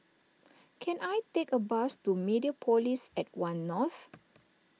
can I take a bus to Mediapolis at one North